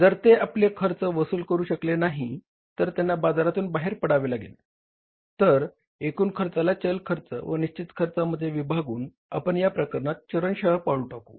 जर ते आपले खर्च वसूल करू शकले नाही तर त्यांना बाजारातून बाहेर पडावे लागले तर एकूण खर्चाना चल खर्च व निश्चित खर्चामध्ये विभागून आपण या प्रकरणात चरणशः पाऊल टाकू